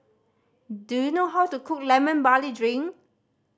do you know how to cook Lemon Barley Drink